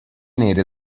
nere